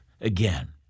again